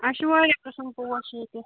اسہِ چھِ وارِیاہ قٕسم پوش ییٚتہِ